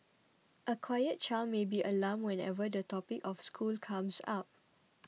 a quiet child may be alarmed whenever the topic of school comes up